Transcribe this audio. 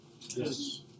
Yes